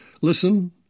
Listen